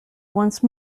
once